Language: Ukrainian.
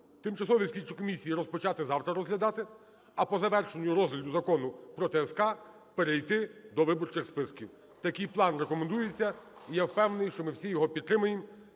тимчасові слідчі комісії розпочати завтра розглядати, а по завершенню розгляду Закону про ТСК перейти до виборчих списків. Такий план рекомендується, і я впевнений, що ми всі його підтримаємо,